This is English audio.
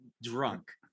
drunk